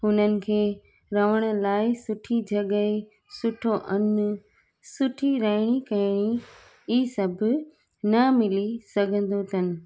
उन्हनि खे रहण लाइ सुठी जॻहि सुठो अनु सुठी रहिणी कहिणी ही सभु न मिली सघंदो अथनि